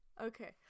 okay